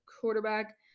quarterback